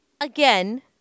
again